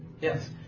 Yes